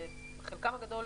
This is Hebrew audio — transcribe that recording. בחלקם הגדול